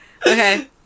Okay